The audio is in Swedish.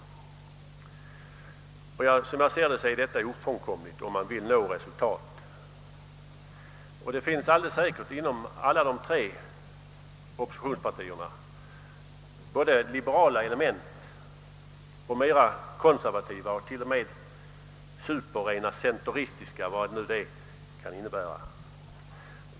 Som jag ser det är detta ofrånkomligt om man vill nå resultat. Det finns också helt säkert inom de tre oppositionspartierna en skala från liberala till mera konservativa och också utpräglat »centeristiska» element, även om jag inte vet vad den senare gruppen kan stå för.